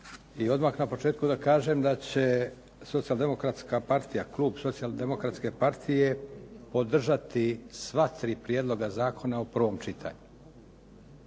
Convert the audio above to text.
I odmah na početku da kažem da će Socijal-demokratska partija, klub Socijal-demokratske partije podržati sva tri prijedloga zakona u prvom čitanju.